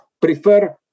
prefer